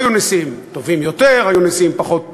היו נשיאים טובים יותר, היו נשיאים פחות טובים,